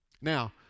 Now